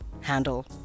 handle